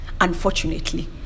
unfortunately